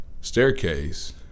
staircase